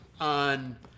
on